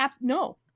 no